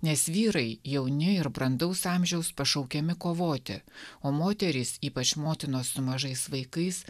nes vyrai jauni ir brandaus amžiaus pašaukiami kovoti o moterys ypač motinos su mažais vaikais